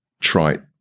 trite